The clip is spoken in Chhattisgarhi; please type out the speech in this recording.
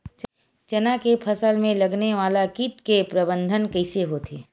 चना के फसल में लगने वाला कीट के प्रबंधन कइसे होथे?